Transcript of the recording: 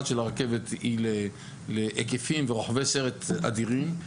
של הרכבת היא להיקפים ורוחבי סרט אדירים.